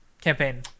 campaign